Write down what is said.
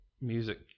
music